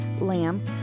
lamb